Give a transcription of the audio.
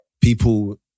people